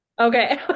okay